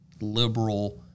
liberal